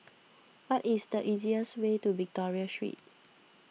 what is the easiest way to Victoria Street